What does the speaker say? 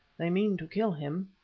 they mean to kill him.